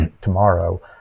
tomorrow